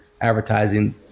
Advertising